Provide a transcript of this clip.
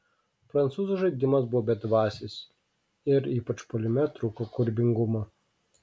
prancūzų žaidimas buvo bedvasis ir ypač puolime trūko kūrybingumo